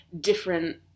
different